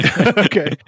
Okay